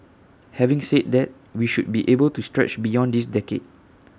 having said that we should be able to stretch beyond this decade